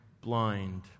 blind